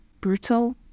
brutal